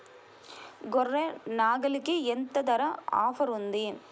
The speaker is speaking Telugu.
గొర్రె, నాగలికి ఎంత ధర ఆఫర్ ఉంది?